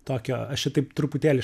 tokio aš čia taip truputėlį